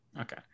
Okay